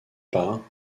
part